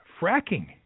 Fracking